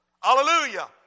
Hallelujah